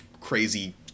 crazy